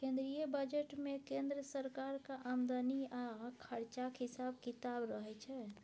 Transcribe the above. केंद्रीय बजट मे केंद्र सरकारक आमदनी आ खरचाक हिसाब किताब रहय छै